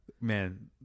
Man